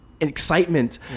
excitement